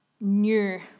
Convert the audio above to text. new